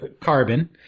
carbon